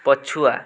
ପଛୁଆ